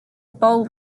bowl